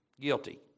Guilty